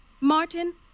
Martin